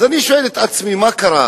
אז אני שואל את עצמי: מה קרה?